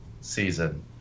season